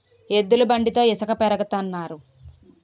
ఎద్దుల బండితో ఇసక పెరగతన్నారు